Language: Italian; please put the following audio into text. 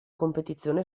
competizione